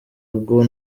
ubwo